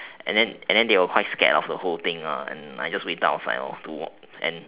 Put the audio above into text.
and then and then they were quite scared of the whole thing ah and I just waited outside lor to and